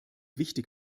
wichtig